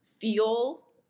feel